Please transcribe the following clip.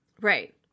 Right